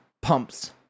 pumps